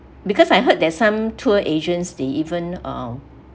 because I heard that some tour agent they even